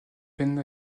peine